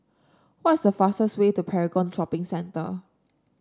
what's the fastest way to Paragon Shopping Centre